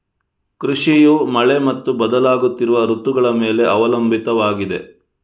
ಕೃಷಿಯು ಮಳೆ ಮತ್ತು ಬದಲಾಗುತ್ತಿರುವ ಋತುಗಳ ಮೇಲೆ ಅವಲಂಬಿತವಾಗಿದೆ